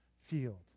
field